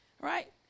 right